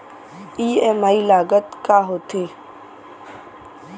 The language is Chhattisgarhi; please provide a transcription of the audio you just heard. ई.एम.आई लागत का होथे?